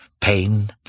pain